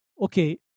okay